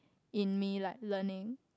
in me like learning